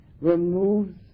removes